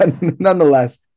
Nonetheless